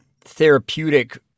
therapeutic